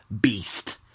beast